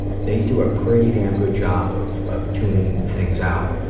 they do a pretty damn good job of of tuning things out.